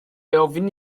ofyn